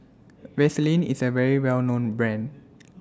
Vaselin IS A Well known Brand